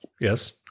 Yes